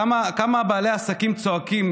כמה בעלי עסקים צועקים,